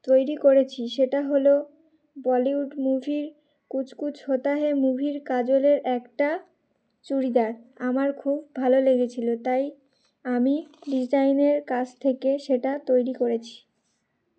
তৈরি করেছি সেটা হলো বলিউড মুভির কুচকুচ হোতাহে মুভির কাজলের একটা চুড়িদার আমার খুব ভালো লেগেছিলো তাই আমি ডিজাইনের কাছ থেকে সেটা তৈরি করেছি